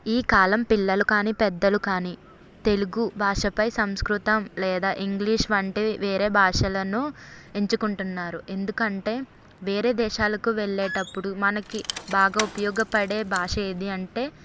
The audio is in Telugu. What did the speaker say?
ఈ కాలం పిల్లలు కానీ పెద్దలు కానీ తెలుగు భాష పై సంస్కృతం లేదా ఇంగ్లీష్ వంటి వేరే భాషలను ఎంచుకుంటున్నారు ఎందుకంటే వేరే దేశాలకు వెళ్లేటప్పుడు మనకి బాగా ఉపయోగపడే భాష ఏది అంటే